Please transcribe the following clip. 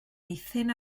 eithin